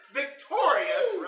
victorious